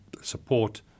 support